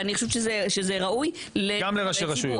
רק תעני לו.